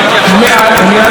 בוודאי.